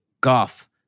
golf